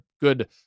good